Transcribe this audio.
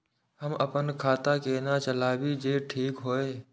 हम अपन खाता केना चलाबी जे ठीक होय?